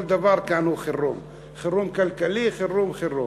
כל דבר כאן הוא חירום: חירום כלכלי, חירום, חירום.